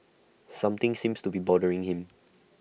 something seems to be bothering him